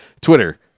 Twitter